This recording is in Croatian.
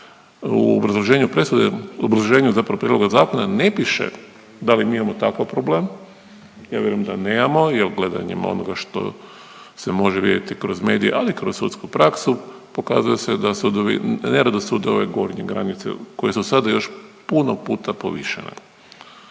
u obrazloženju zapravo prijedloga zakona ne piše da li mi imamo takav problem. Ja vjerujem da nemamo jel gledanjem onoga što se može vidjeti kroz medije ali i kroz sudsku praksu, pokazuje se da sudovi nerado sude ove gornje granice koje su sada još puno puta povišene.